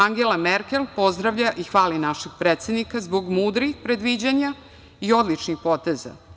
Angela Merkel pozdravlja i hvali našeg predsednika zbog mudrih predviđanja i odličnih poteza.